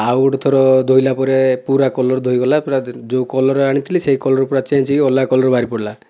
ଆଉ ଗୋଟିଏ ଥର ଧୋଇଲା ପରେ ପୁରା କଲର୍ ଧୋଇଗଲା ପୁରା ଯେଉଁ କଲର୍ ଆଣିଥିଲି ସେହି କଲର୍ ପୁରା ଚେଞ୍ଜ ହୋଇକି ପୁରା ଅଲଗା କଲର୍ ବାହାରି ପଡ଼ିଲା